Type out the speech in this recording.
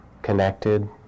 connected